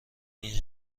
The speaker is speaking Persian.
این